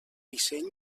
disseny